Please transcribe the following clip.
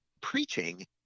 preaching